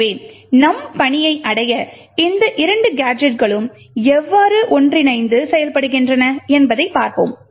எனவே நம் பணியை அடைய இந்த இரண்டு கேஜெட்களும் எவ்வாறு ஒன்றிணைந்து செயல்படுகின்றன என்பதைப் பார்ப்போம்